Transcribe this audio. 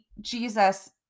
Jesus